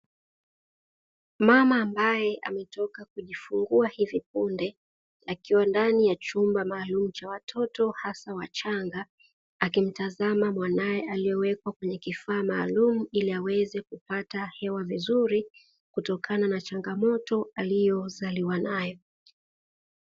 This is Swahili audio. Mama aliyetoka kujifungua kwenye chumba maalumu cha watoto wachanga. Akimtazama mwanae kwenye chombo maalumu ili apate hewa vizuri kutokana na changomoto aliyozaliwa nayo.